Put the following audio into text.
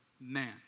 man